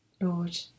Lord